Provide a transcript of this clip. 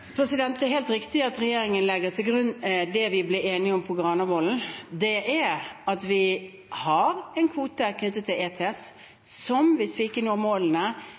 Det er helt riktig at regjeringen legger til grunn det vi ble enige om på Granavolden. Det er at vi har en kvote knyttet til ETS, EUs kvotesystem, som, hvis vi ikke når målene